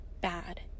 bad